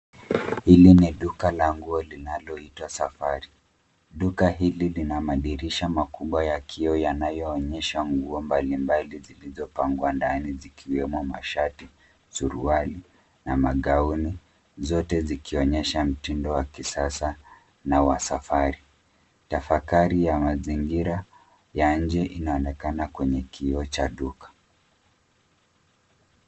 Hili ni duka la nguo linaloitwa Safari. Duka hili lina madirisha makubwa ya kioo yanayoonyesha nguo mbalimbali zilizopangwa ndani, zikiwemo mashati, suruali na magauni; zote zikionyesha mtindo wa kisasa na wa safari. Tafakari ya mazingira ya nje inaonekana kwenye kioo cha duka.